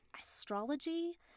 astrology